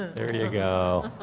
there you go.